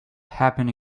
happen